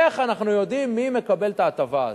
איך אנחנו יודעים מי מקבל את ההטבה הזאת,